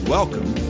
Welcome